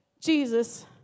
Jesus